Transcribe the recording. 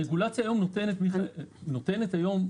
הרגולציה נותנת היום.